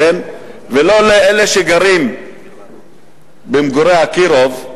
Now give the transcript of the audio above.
ולא לאלה שגרים במגורי "אקירוב"